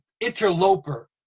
interloper